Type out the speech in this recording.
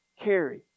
carry